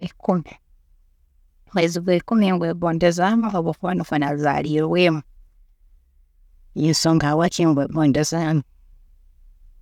Ikumi, omwezi gwikumi ngwegondezaamu habwokuba nigwe nazaariirwemu, niyo ensonga habwaaki ngwegondezaamu.